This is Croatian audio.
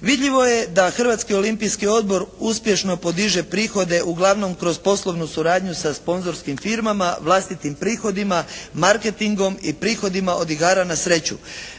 Vidljivo je da Hrvatski olimpijski odbor uspješno podiže prihode uglavnom kroz poslovnu suradnju sa sponzorskim firmama, vlastitim prihodima, marketingom i prihodima od igara na sreću.